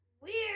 weird